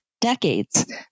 decades